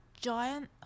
giant